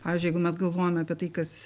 pavyzdžiui jeigu mes galvojam apie tai kas